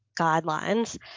guidelines